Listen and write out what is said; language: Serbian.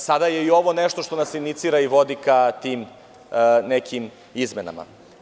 Sada je i ovo nešto što nas inicira i vodi ka tim nekim izmenama.